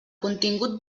contingut